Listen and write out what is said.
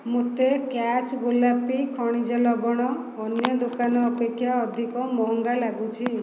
ମୋତେ କ୍ୟାଚ୍ ଗୋଲାପି ଖଣିଜ ଲବଣ ଅନ୍ୟ ଦୋକାନ ଅପେକ୍ଷା ଅଧିକ ମହଙ୍ଗା ଲାଗୁଛି